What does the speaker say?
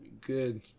good